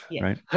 right